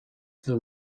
the